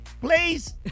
Please